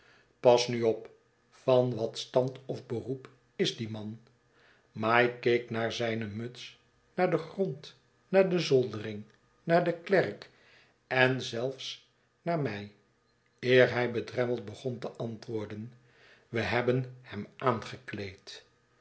pas nu op van wat stand of beroep is die man mike keek naar zijne muts naar den grond naar den zoldering naar den klerk en zelfs naar mij eer hij bedremmeld begon te antwoorden we hebben hem aangekleed